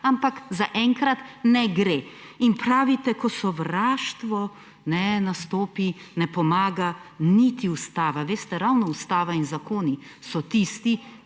Ampak, zaenkrat ne gre. In pravite, ko sovraštvo nastopi, ne pomaga niti ustava. Veste, ravno ustava in zakoni so tisti,